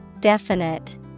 Definite